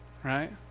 Right